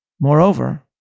Moreover